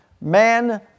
Man